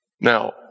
Now